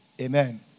Amen